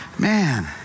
Man